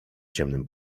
ciemnym